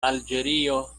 alĝerio